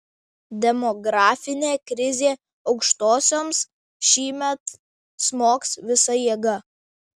demografinė krizė aukštosioms šįmet smogs visa jėga